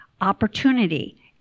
opportunity